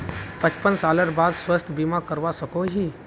पचपन सालेर बाद स्वास्थ्य बीमा करवा सकोहो ही?